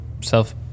self